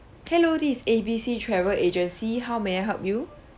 hello this is A B C travel agency how may I help you